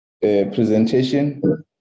presentation